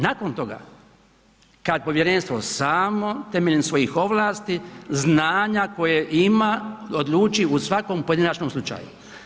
Nakon toga kada povjerenstvo samo temeljem svojih ovlasti, znanja koja ima odluči u svakom pojedinačnom slučaju.